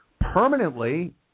Permanently